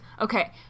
okay